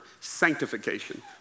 sanctification